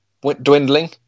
dwindling